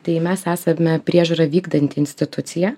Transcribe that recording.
tai mes esame priežiūrą vykdanti institucija